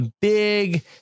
big